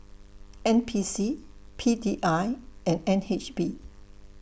N P C P D I and N H B